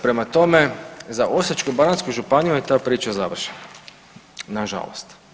Prema tome, za Osječko-baranjsku županiju je ta priča završena, nažalost.